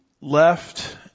left